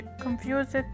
confused